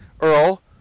Earl